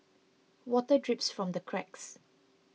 water drips from the cracks